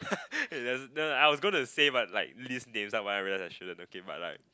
it doesn't no I was gonna say but like list names uh but I realise I shouldn't but like